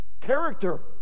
character